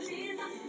Jesus